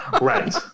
Right